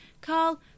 Carl